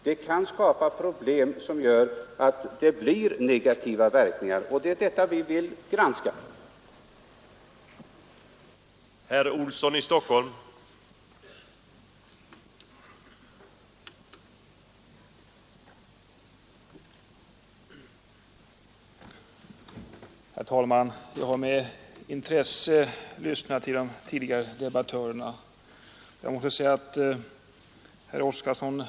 Det kan skapa problem som gör att verkningarna av den lag vi diskuterar blir negativa, och det är detta som vi vill följa upp och granska i en utredning.